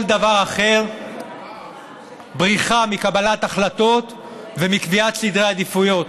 דבר אחר בריחה מקבלת החלטות ומקביעת סדר עדיפויות.